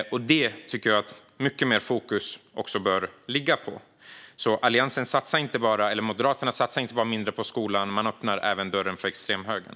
Jag tycker att mycket mer fokus bör ligga på detta. Moderaterna satsar inte bara mindre på skolan utan öppnar även dörren för extremhögern.